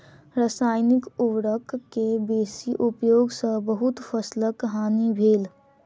रसायनिक उर्वरक के बेसी उपयोग सॅ बहुत फसीलक हानि भेल